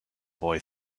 boy